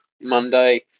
Monday